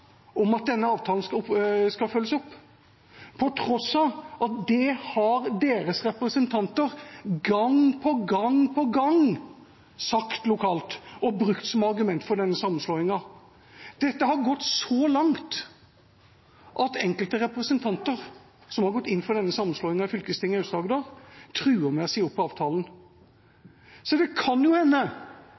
om at denne avtalen skal følges opp, på tross av at deres representanter – gang på gang på gang – har sagt det lokalt og brukt det som argument for sammenslåingen. Dette har gått så langt at enkelte av representantene som i fylkestinget i Aust-Agder har gått inn for denne sammenslåingen, truer med å si opp avtalen. Så det kan jo